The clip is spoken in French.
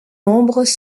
membres